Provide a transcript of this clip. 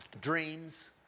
Dreams